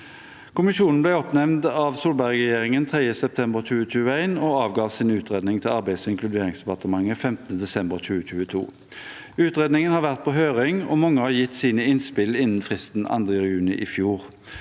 Kommisjonen ble oppnevnt av Solberg-regjeringen 3. september 2021 og avga sin utredning til Arbeids- og inkluderingsdepartementet 15. desember 2022. Utredningen har vært på høring, og mange har gitt sine innspill innen fristen 2. juni i fjor.